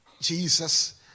Jesus